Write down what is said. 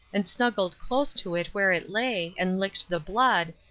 and snuggled close to it where it lay, and licked the blood,